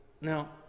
Now